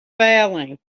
failing